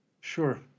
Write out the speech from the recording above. Sure